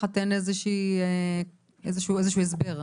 איזה שהוא הסבר.